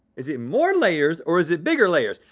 is it more layers or is it bigger layers?